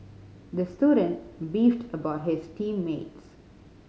the student beefed about his team mates